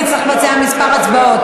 אני אצטרך לבצע כמה הצבעות.